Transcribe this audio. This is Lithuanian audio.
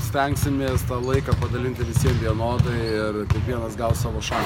stengsimės tą laiką padalinti visiem vienodai ir kiekvienas gaus savo šalį